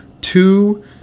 two